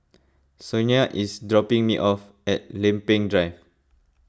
Sonia is dropping me off at Lempeng Drive